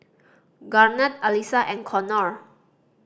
Garnet Alissa and Connor